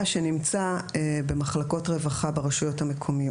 שנמצא במחלקות רווחה ברשויות המקומיות,